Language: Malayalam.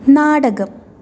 നാടകം